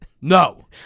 No